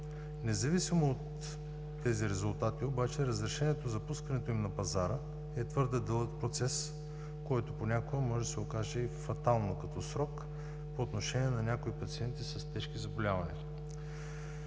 Независимо от тези резултати, разрешението за пускането им на пазара е твърде дълъг процес, който понякога може да се окаже и фатален като срок по отношение на пациенти с тежки заболявания.